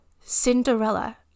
Cinderella